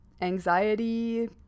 anxiety